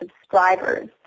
subscribers